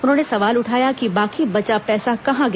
उन्होंने सवाल उठाया कि बाकी बचा पैसा कहा गया